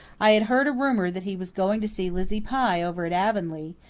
i had heard a rumour that he was going to see lizzie pye over at avonlea,